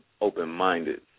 open-minded